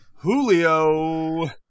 julio